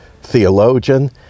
theologian